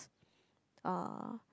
uh